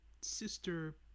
sister